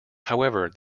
however